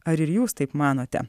ar ir jūs taip manote